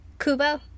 Kubo